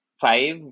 five